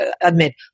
admit